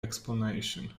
explanation